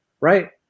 right